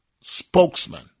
spokesman